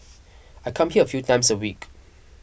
I come here a few times a week